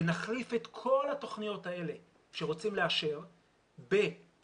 ונחליף את כל התוכניות האלה שרוצים לאשר ב-פי.וי.